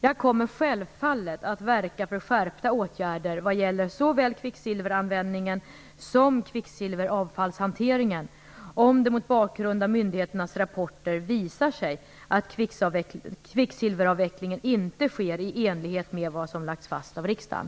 Jag kommer självfallet att verka för skärpta åtgärder vad gäller såväl kvicksilveranvändningen som kvicksilveravfallshanteringen om det, bl.a. mot bakgrund av myndigheternas rapporter, visar sig att kvicksilveravvecklingen inte sker i enlighet med vad som lagts fast av riksdagen.